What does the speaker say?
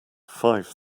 five